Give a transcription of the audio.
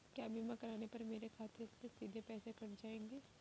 क्या बीमा करने पर मेरे खाते से सीधे पैसे कट जाएंगे?